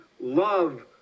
love